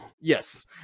yes